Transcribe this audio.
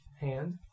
hand